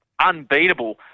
unbeatable